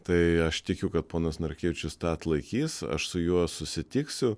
tai aš tikiu kad ponas narkevičius tą atlaikys aš su juo susitiksiu